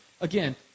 again